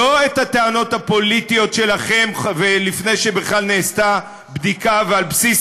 לא את הטענות הפוליטיות שלכם לפני שבכלל נעשתה בדיקה ועל בסיס